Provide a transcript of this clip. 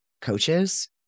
coaches